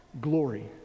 glory